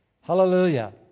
Hallelujah